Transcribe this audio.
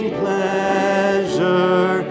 pleasure